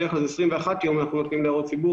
בדרך כלל זה 21 יום ואנחנו נותנים להערות ציבור